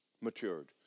matured